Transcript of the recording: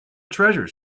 treasure